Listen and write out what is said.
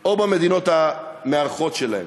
או במדינות המארחות שלהם.